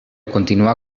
continuà